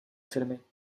firmy